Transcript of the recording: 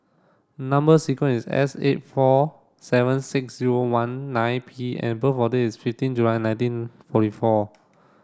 number sequence is S eight four seven six zero one nine P and birth of date is fifteen July nineteen forty four